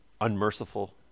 unmerciful